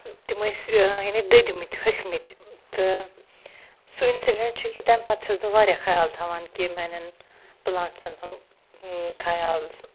تِم ٲسۍ یعنی دٔدۍمٕتۍ ۂکھۍمٕتۍ تہٕ سُہ اِنسِڈٮ۪نٛٹ چھُ کہِ تَمہِ پَتہٕ چھَس بہٕ واریاہ خیال تھاوان کہِ میٛانٮ۪ن پلانٛٹسَن ہُنٛد خیال سُہ